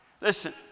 Listen